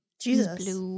Jesus